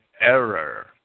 error